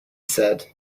said